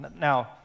Now